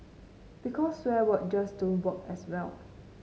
because swear word just don't work as well